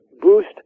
boost